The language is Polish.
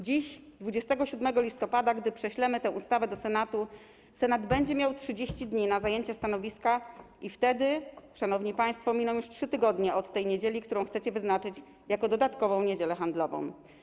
Dziś, 27 listopada, prześlemy tę ustawę do Senatu, Senat będzie miał 30 dni na zajęcie stanowiska, po tym czasie, szanowni państwo, miną już 3 tygodnie od tej niedzieli, którą chcecie wyznaczyć jako dodatkową niedzielę handlową.